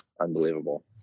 unbelievable